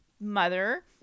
mother